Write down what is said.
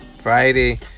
Friday